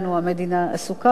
המדינה עסוקה בו,